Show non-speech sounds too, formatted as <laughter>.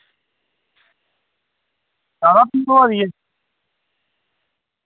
हां <unintelligible>